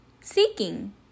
seeking